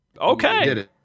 Okay